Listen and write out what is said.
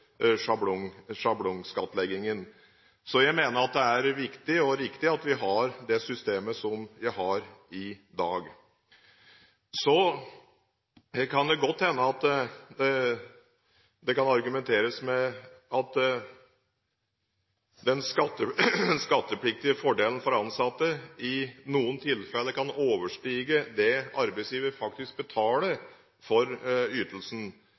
sjablongskattleggingen. Så jeg mener det er viktig og riktig at vi har det systemet som vi har i dag. Så kan det godt hende at det kan argumenteres med at den skattepliktige fordelen for ansatte i noen tilfeller kan overstige det arbeidsgiver faktisk betaler for ytelsen.